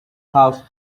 house